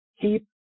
keep